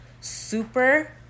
super